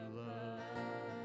love